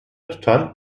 tutan